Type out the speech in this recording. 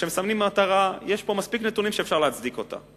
וכששמים מטרה יש פה מספיק נתונים שאפשר להצדיק אותם.